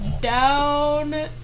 Down